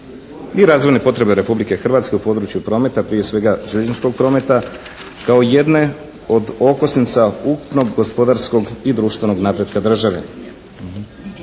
i razvojne potrebe Republike Hrvatske u području prometa, prije svega …/Govornik se ne razumije./… prometa kao jedne od okosnica ukupnog gospodarskog i društvenog napretka države.